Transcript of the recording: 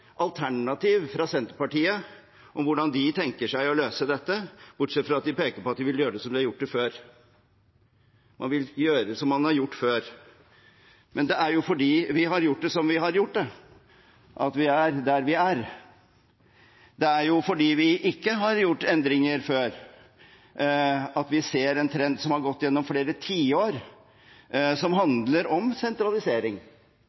alternativ fra Senterpartiet om hvordan de tenker seg å løse dette, bortsett fra at de peker på at de vil gjøre som de har gjort før. Man vil gjøre som man har gjort før, men det er jo fordi vi har gjort det vi har gjort, at vi er der vi er. Det er fordi vi ikke har gjort endringer før, at vi ser en trend som har gått gjennom flere tiår, og som